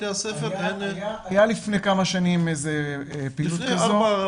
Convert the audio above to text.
הייתה לפני כמה שנים פעילות כזאת.